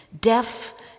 deaf